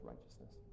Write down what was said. righteousness